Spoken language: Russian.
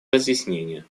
разъяснения